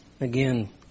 Again